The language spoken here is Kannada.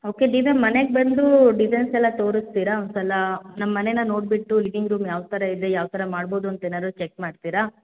ಓಕೆ ಮನೆಗೆ ಬಂದು ಡಿಸೈನ್ಸ್ ಎಲ್ಲ ತೋರಿಸ್ತೀರಾ ಒಂದು ಸಲ ನಮ್ಮ ಮನೆಯ ನೋಡಿಬಿಟ್ಟು ಲೀವಿಂಗ್ ರೂಮ್ ಯಾವ ಥರ ಇದೆ ಯಾವ ಥರ ಮಾಡ್ಬೋದು ಅಂತ ಏನಾದ್ರು ಚೆಕ್ ಮಾಡ್ತೀರಾ